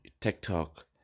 TikTok